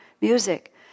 music